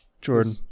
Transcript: Jordan